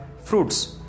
fruits